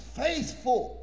faithful